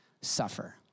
suffer